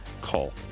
call